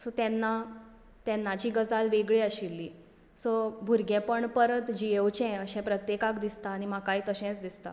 so तेन्ना तेन्नाची गजाल वेगळी आशिल्ली सो भुरगेपण परत जियोवचें अशें प्रत्येकाक दिसता आनी म्हाकाय तशेंच दिसता